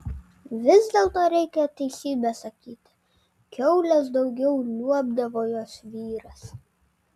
vis dėlto reikia teisybę sakyti kiaules daugiau liuobdavo jos vyras